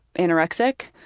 anorexic,